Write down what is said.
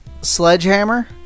Sledgehammer